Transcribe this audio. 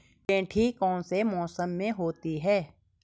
गेंठी कौन से मौसम में होती है?